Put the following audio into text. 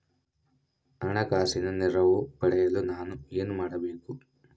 ಹಣಕಾಸಿನ ನೆರವು ಪಡೆಯಲು ನಾನು ಏನು ಮಾಡಬೇಕು?